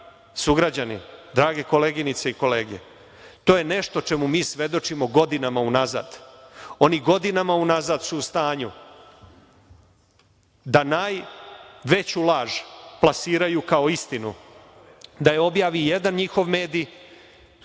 sugrađani, drage koleginice i kolege, to je nešto čemu mi svedočimo godinama unazad. Oni godinama unazad su u stanju da najveću laž plasiraju kao istinu, da je objavi jedan njihov medij,